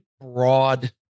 broad